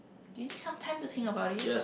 do you need some time to think about it